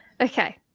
Okay